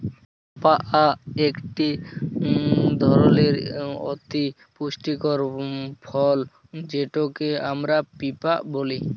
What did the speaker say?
papaya ইকট ধরলের অতি পুষ্টিকর ফল যেটকে আমরা পিঁপা ব্যলি